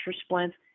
splints